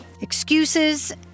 Excuses